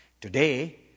Today